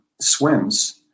swims